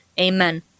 Amen